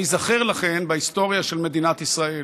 הרבה אנשים בזירה הציבורית של מדינת ישראל